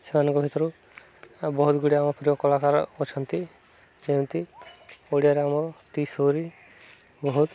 ସେମାନଙ୍କ ଭିତରୁ ବହୁତ ଗୁଡ଼ିଏ ଆମ ପ୍ରିୟ କଳାକାର ଅଛନ୍ତି ଯେମିତି ଓଡ଼ିଆରେ ଆମ ଟି ସୋରି ବହୁତ